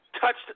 touched